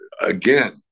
again